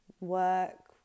work